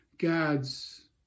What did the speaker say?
God's